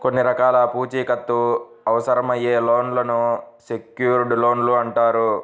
కొన్ని రకాల పూచీకత్తు అవసరమయ్యే లోన్లను సెక్యూర్డ్ లోన్లు అంటారు